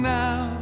now